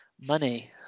money